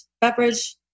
beverage